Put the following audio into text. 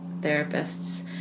therapists